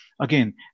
Again